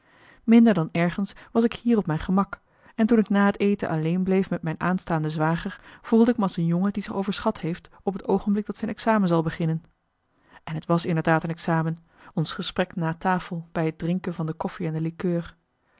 minder dan ergens was ik hier op mijn gemak en toen ik na het eten alleen bleef met mijn aanstaande zwager voelde ik me als een jongen die zich overschat heeft op het oogenblik dat zijn examen zal beginnen en het was inderdaad een examen ons gesprek na tafel bij het drinken van de koffie en de likeur